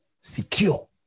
secure